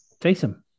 Taysom